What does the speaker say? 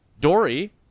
Dory